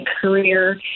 career